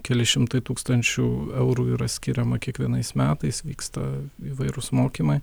keli šimtai tūkstančių eurų yra skiriama kiekvienais metais vyksta įvairūs mokymai